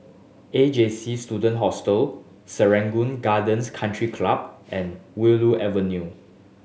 A J C Student Hostel Serangoon Gardens Country Club and Willow Avenue